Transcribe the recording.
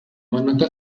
manota